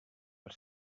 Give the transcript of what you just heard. per